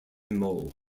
moe